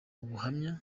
ubuhamya